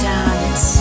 Dance